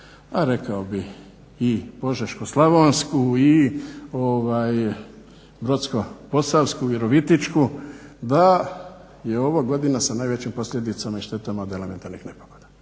pa rekao bi i Požeško-slavonsku i Brodsko-posavsku, Virovitičku da je ovo godina s najvećim posljedicama i štetama od elementarnih nepogoda.